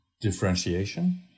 differentiation